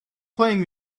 playing